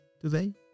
today